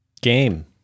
game